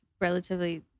relatively